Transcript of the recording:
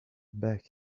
back